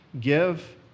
Give